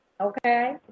okay